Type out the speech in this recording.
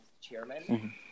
chairman